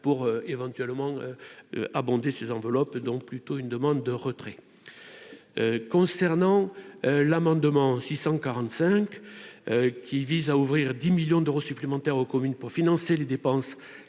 pour éventuellement abondé ces enveloppes donc plutôt une demande de retrait concernant l'amendement 645 qui vise à ouvrir 10 millions d'euros supplémentaires aux communes, pour financer les dépenses